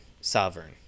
sovereign